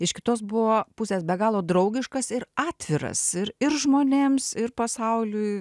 iš kitos buvo pusės be galo draugiškas ir atviras ir ir žmonėms ir pasauliui